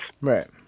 Right